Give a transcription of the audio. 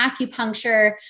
acupuncture